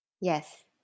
Yes